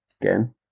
again